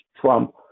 Trump